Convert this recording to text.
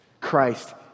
Christ